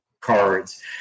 cards